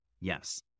Yes